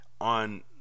on